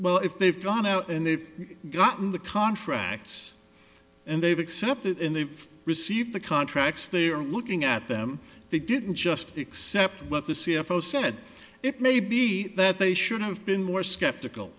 well if they've gone out and they've gotten the contracts and they've accepted and they've received the contracts they're looking at them they didn't just accept what the c f o said it may be that they should have been more skeptical